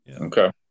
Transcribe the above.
Okay